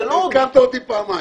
עדכנת אותי פעמיים.